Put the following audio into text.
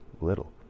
little